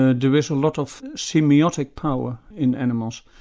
ah there is a lot of semiotic power in animals,